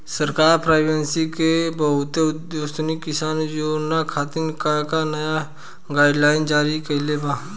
सरकार पॉवरइन्फ्रा के बहुउद्देश्यीय किसान योजना खातिर का का नया गाइडलाइन जारी कइले बा?